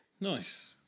nice